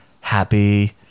happy